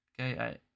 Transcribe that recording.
Okay